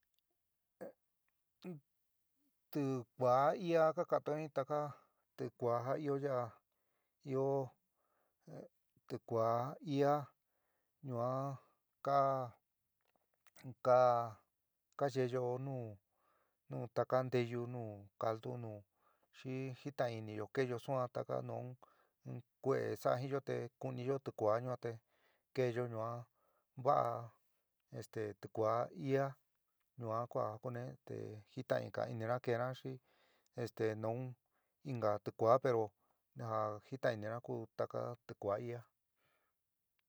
Tikuaá iá ka ka'anto jin taka tikuaá ja ɨó ya'a ɨó tikuaá ia yua ka ka ka yeéyo nuu taka nteyu nu caldu nu xi jintain iniyo keéyo suan taka nu un kue'é sa'a jiinyó te kuuniyó tikuaá yuan te keéyo ñua va'a este tikuáa ia ñua kua ku jitainga inina keéna xi este nu inka tikuaá pero ja jitain inina ku taka tikuaá ia.